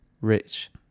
rich